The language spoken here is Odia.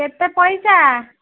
କେତେ ପଇସା